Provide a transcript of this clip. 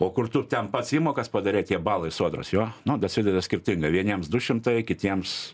o kur tu ten pats įmokas padarei tie balai sodros jo nu dasideda skirtingai vieniems du šimtai kitiems